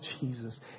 Jesus